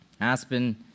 Aspen